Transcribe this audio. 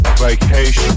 vacation